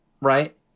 right